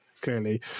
clearly